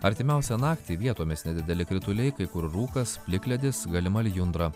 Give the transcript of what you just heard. artimiausią naktį vietomis nedideli krituliai kai kur rūkas plikledis galima lijundra